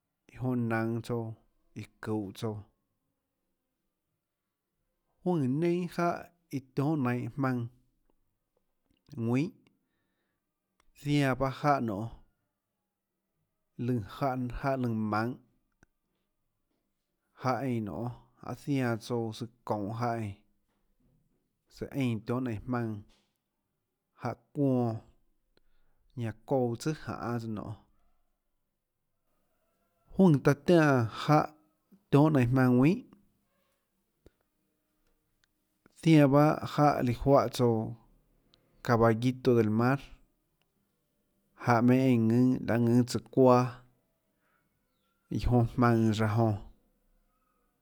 Iã jonã jnaønå tsouã iã çuhå tsouã juønè neinâ jáhã iã tionhâ nainhå jmaønã ðuinhàzianã paâ jáhã nonê lùnã, lùnã jáhã lùnã maønhå jáhã eínã nonê zianã tsouã tsøã çuonhå jáhã eínã nonê tsøã eínã tionhâ nainhå jmaønã jáhã çuonã ñanã çouã tsùà janês nionê, juønè taã tiánã jáhã nionê tionhâ nainhå jmaønã ðuinhà zianã pahâ jáhã líã juáhã tsouã caballito del mar, jáhã meinhâ eínã ðùnâ laê ðùnâ tsøã çuaâ iã jonã jmaønãs raã jonã.